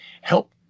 help